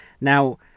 Now